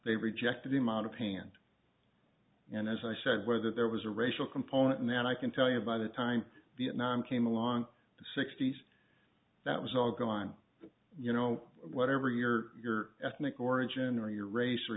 they rejected him out of hand and as i said whether there was a racial component in that i can tell you by the time vietnam came along the sixty's that was all going on you know whatever your ethnic origin or your race or